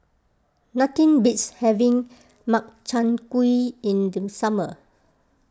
nothing beats having Makchang Gui in the summer